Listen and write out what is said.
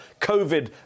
COVID